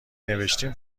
نوشتین